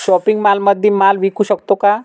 Shopping मॉलमध्ये माल विकू शकतो का?